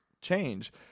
change